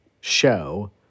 show